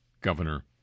governor